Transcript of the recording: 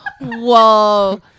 Whoa